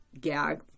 gag